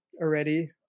already